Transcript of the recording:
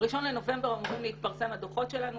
ב-1 בנובמבר אמורים להתפרסם הדוחות שלנו,